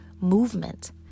movement